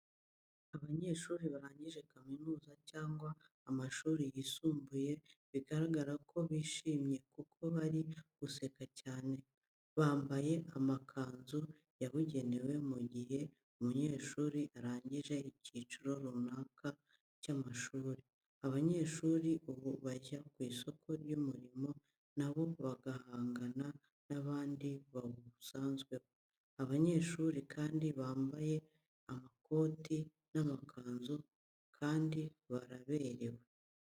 Abanyeshuri barangije kaminuza cyangwa amashuri y'isumbuye bigaragara ko bishimye kuko bari guseka cyane, bambaye amakanzu yabugenewe mu gihe umunyeshuri arangije icyiciro runaka cy'amashuri. Abanyeshuri ubu bajya ku isoko ry'umurimo na bo bagahangana n'abandi bawusanzweho. Abanyeshuri kandi bambaye amakoti n'amakanzu kandi baraberewe.